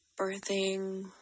birthing